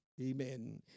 Amen